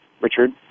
Richard